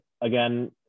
again